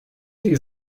die